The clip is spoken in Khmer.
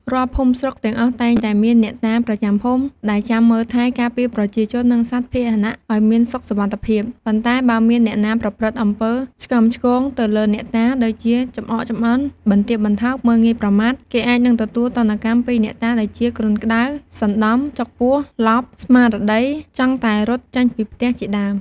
រាល់ភូមិស្រុកទាំងអស់ តែងតែមានអ្នកតាប្រចាំភូមិ ដែលចាំមើលថែ ការពារប្រជាជន និងសត្វពាហនៈឱ្យមានសុខសុវត្ថិភាព ប៉ុន្តែបើមានអ្នកណាប្រព្រឹត្តអំពើឆ្គាំឆ្គងទៅ លើអ្នកតា ដូចជាចំអកចំអន់ បន្ទាបបន្ថោក មើលងាយប្រមាថ គេអាចនឹងទទួលទណ្ឌ កម្មពីអ្នកតាដូចជា គ្រុនក្ដៅ សន្តំ ចុកពោះ ឡប់ ស្មារតី ចង់តែរត់ចេញពីផ្ទះ ជាដើម ។